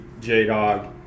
J-Dog